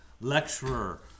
lecturer